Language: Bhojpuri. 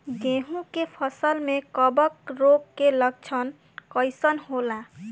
गेहूं के फसल में कवक रोग के लक्षण कइसन होला?